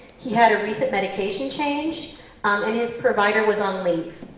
he had a recent medication change and his provider was on leave.